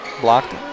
Blocked